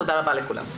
תודה רבה לכולם.